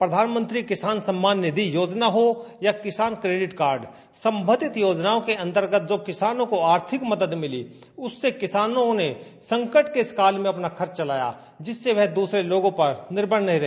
प्रधानमंत्री किसान सम्मान निधि योजना हो या किसान क्रेडिट कार्ड संबंधित योजनाओं के अंतर्गत जो किसानों को आर्थिक मदद मिली उससे किसानों ने संकट के इस काल में अपना खर्च चलाया जिससे वह दूसरों लोगों पर निर्भर नहीं रहे